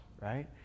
right